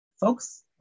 Folks